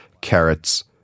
carrots